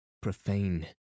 profane